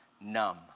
numb